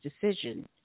decision